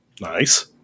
Nice